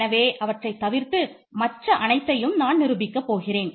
எனவே அவற்றை தவிர்த்து மற்ற அனைத்தையும் நான் நிரூபிக்கப் போகிறேன்